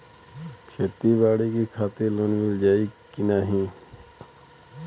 खेती बाडी के खातिर लोन मिल जाई किना?